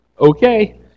Okay